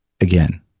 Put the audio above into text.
Again